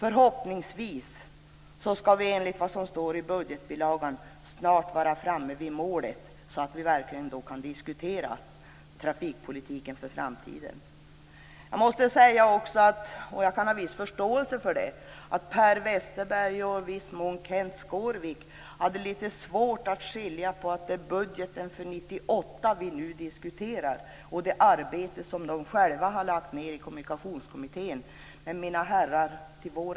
Enligt vad som står i budgetbilagan skall vi förhoppningsvis snart vara framme vid målet, så att vi verkligen kan diskutera trafikpolitiken för framtiden. Jag måste säga att Per Westerberg och i viss mån Kenth Skårvik hade litet svårt att skilja mellan budgeten för 1998, som vi nu diskuterar, och det arbete som de själva har lagt ned i Kommunikationskommittén. Jag kan ha viss förståelse för det.